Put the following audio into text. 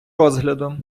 розгляду